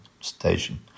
station